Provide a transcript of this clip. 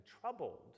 troubled